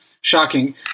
shocking